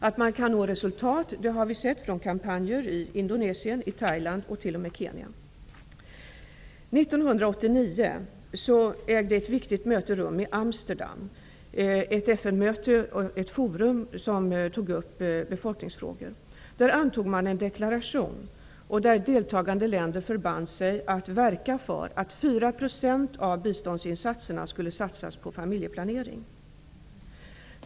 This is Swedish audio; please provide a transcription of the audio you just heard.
Att man når resultat visar kampanjer i År 1989 ägde ett viktigt FN-möte rum i Amsterdam, ett forum om befolkningsfrågor. Där antogs en deklaration där deltagande länder förband sig att verka för att 4 % av biståndsinsatserna skulle gå till familjeplanering.